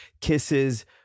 kisses